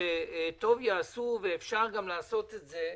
שטוב יעשו, ואפשר גם לעשות את זה,